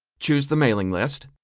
choose the mailing list.